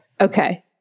Okay